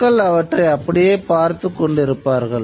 மக்கள் அவற்றை அப்படியே பார்த்துக் கொண்டிருப்பார்கள்